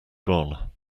gone